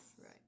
right